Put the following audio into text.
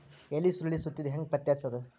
ಎಲಿ ಸುರಳಿ ಸುತ್ತಿದ್ ಹೆಂಗ್ ಪತ್ತೆ ಹಚ್ಚದ?